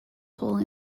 hole